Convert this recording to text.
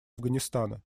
афганистана